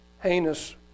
heinous